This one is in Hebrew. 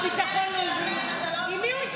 תשבי, לשבת.